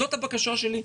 זו הבקשה שלי.